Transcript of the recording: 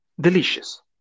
delicious